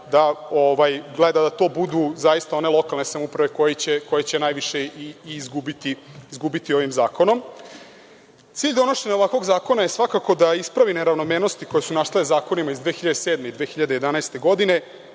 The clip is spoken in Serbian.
da gleda da to budu zaista one lokalne samouprave koje će najviše i izgubiti ovim zakonom. Cilj donošenja ovakvog zakona je svakako da ispravi neravnomernosti koje su nastale zakonima iz 2007. i 2011. godine